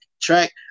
track